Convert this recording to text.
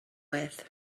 with